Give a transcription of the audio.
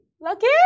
Lucky